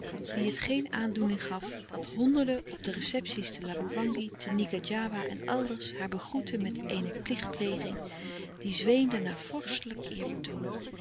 wie het geen aandoening gaf dat honderden op de receptie's te laboewangi te ngadjiwa en elders haar begroetten met eene plichtpleging die zweemde naar vorstelijk